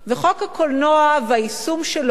חוק הקולנוע והיישום שלו,